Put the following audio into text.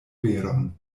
veron